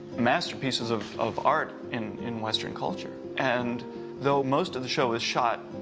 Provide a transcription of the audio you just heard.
masterpieces of of art in in western culture, and though most of the show is shot,